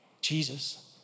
Jesus